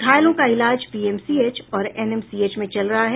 घायलों का इलाज पीएमसीएम और एनएमसीएच में चल रहा है